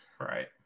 Right